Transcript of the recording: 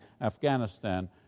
Afghanistan